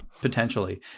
Potentially